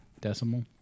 decimal